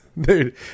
Dude